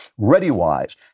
ReadyWise